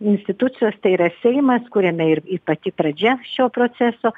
institucijos tai yra seimas kuriame ir ir pati pradžia šio proceso